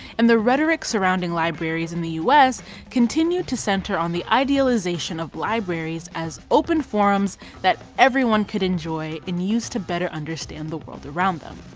and the rhetoric surrounding libraries in the us continued to center on the idealization of libraries as open forums that everyone could enjoy and use to better understand the world around them.